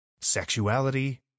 sexuality